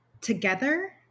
together